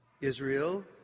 Israel